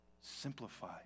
Simplify